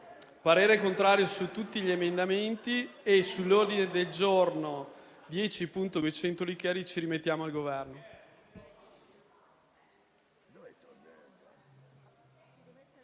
parere è contrario su tutti gli emendamenti. Sull'ordine del giorno G10.200, ci rimettiamo al Governo.